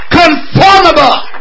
conformable